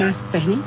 mask पहनें